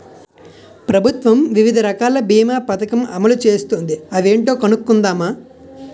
ప్రభుత్వం వివిధ రకాల బీమా పదకం అమలు చేస్తోంది అవేంటో కనుక్కుందామా?